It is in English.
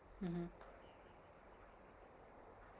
mmhmm